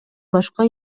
башка